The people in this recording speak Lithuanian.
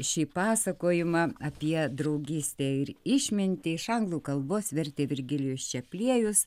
šį pasakojimą apie draugystę ir išmintį iš anglų kalbos vertė virgilijus čepliejus